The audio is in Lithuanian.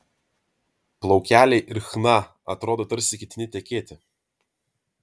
plaukeliai ir chna atrodo tarsi ketini tekėti